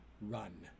run